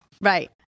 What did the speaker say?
Right